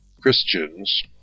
Christians